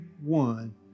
one